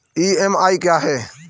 EMI क्या है?